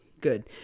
Good